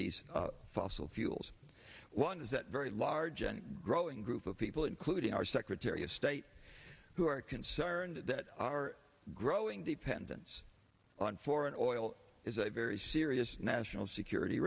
these fossil fuels one is that very large and growing group of people including our secretary of state who are concerned that our growing dependence on foreign oil is a very serious national security